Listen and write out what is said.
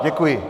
Děkuji.